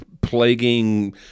plaguing